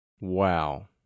Wow